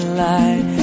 light